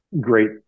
great